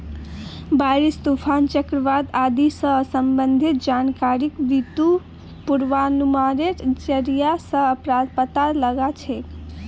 बारिश, तूफान, चक्रवात आदि स संबंधित जानकारिक बितु पूर्वानुमानेर जरिया स पता लगा छेक